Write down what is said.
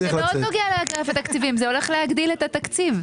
לאגף התקציבים זה הולך להגדיל את התקציב,